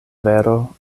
vero